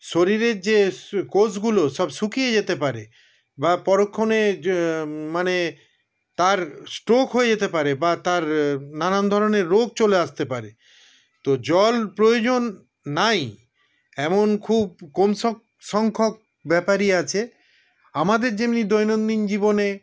শরীরের যে শ কোষগুলো সব শুকিয়ে যেতে পারে বা পরোক্ষণেই মানে তার স্ট্রোক হয়ে যেতে পারে বা তার নানা ধরণের রোগ চলে আসতে পারে তো জল প্রয়োজন নাই এমন খুব কম সং সংখ্যক ব্যাপারই আছে আমাদের যেমন দৈনন্দিন জীবনে